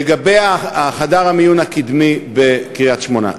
לגבי חדר המיון הקדמי בקריית-שמונה,